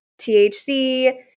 THC